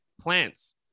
plants